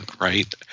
right